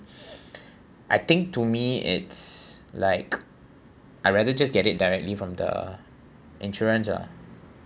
I think to me it's like I rather just get it directly from the insurance ah